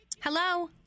Hello